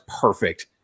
perfect